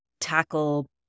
tackle